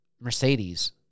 Mercedes